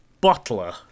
Butler